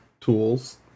tools